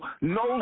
No